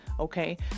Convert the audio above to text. Okay